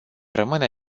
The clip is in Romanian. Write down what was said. rămâne